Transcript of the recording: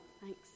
Thanks